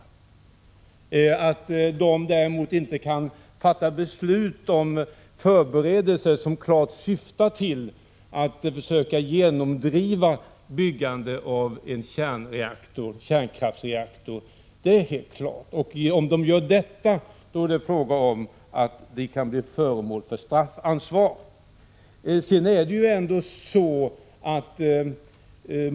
Det är däremot helt klart att de inte kan fatta beslut om förberedelser som klart syftar till att försöka genomdriva byggande av en kärnkraftsreaktor. Om de gör detta kan de bli föremål för straffansvar.